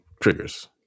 triggers